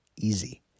easy